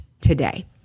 today